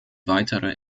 weitere